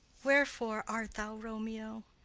wherefore art thou romeo?